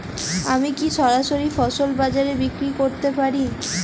আমি কি সরাসরি ফসল বাজারে বিক্রি করতে পারি?